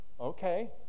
okay